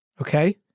Okay